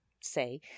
say